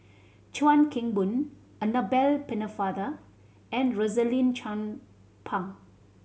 Chuan Keng Boon Annabel Pennefather and Rosaline Chan Pang